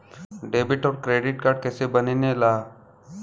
Debit और credit card कईसे बने ने ला?